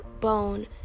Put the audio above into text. bone